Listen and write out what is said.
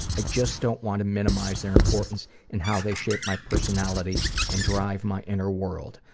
i just don't want to minimize their importance in how they shape my personality and drive my inner world.